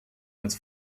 als